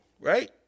right